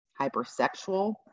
hypersexual